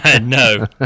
no